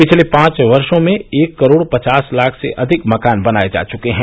पिछले पांच वर्ष में एक करोड़ पचास लाख से अधिक मकान बनाये जा चुके हैं